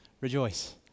rejoice